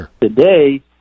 Today